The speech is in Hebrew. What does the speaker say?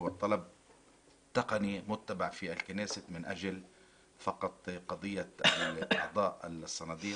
זו בקשה טכנית הנהוגה בכנסת אך ורק ביחס לחברי הקלפי